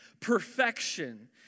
Perfection